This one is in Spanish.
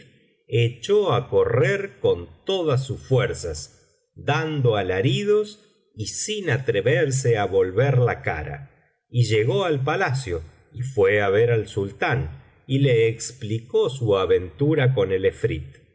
echó á correr con todas sus fuerzas dando alaridos y sin atreverse á volver la cara y llegó al palacio y fué á ver al sultán y le explicó su aventura con el efrit